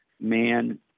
man